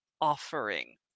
offering